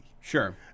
Sure